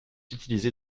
utilisée